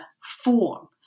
form